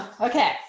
okay